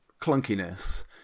clunkiness